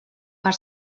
per